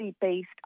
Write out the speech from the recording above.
based